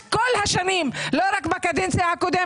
לאורך כל השנים, לא רק בקדנציה הקודמת.